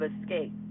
escape